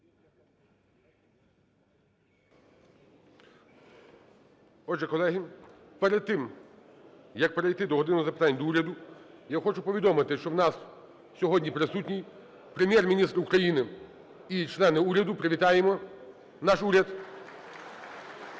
Отже, колеги, перед тим, як перейти до "години запитань до Уряду", я хочу повідомити, що у нас сьогодні присутній Прем'єр-міністр України і члени уряду. Привітаємо наш уряд!